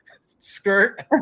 skirt